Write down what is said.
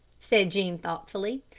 said jean thoughtfully.